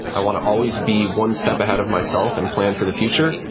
i want to always be one step ahead of myself and plan for the future.